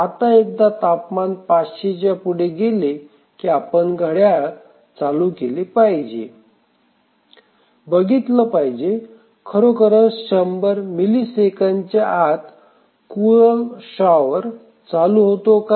आता एकदा तापमान पाचशे च्या पुढे गेले की आपण घड्याळ चालू केले पाहिजे आणि बघितल पाहिजे खरोखरच शंभर मिली सेकंदाच्या आत कूलंट शॉवर चालू होतो का